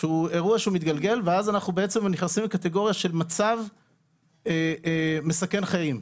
שהוא אירוע שמתגלגל ואז אנחנו בעצם נכנסים לקטגוריה של מצב מסכן חיים.